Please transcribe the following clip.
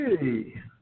Hey